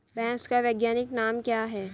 भैंस का वैज्ञानिक नाम क्या है?